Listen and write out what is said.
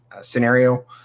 scenario